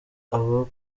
abo